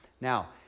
Now